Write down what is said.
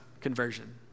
conversion